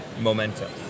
momentum